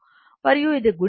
మరియు ఇది గుణించబడుతుంది 13